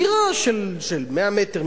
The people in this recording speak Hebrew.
דירה של 100 מ"ר,